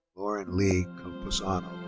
lauren leigh camposano.